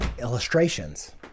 illustrations